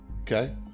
Okay